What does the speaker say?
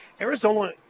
Arizona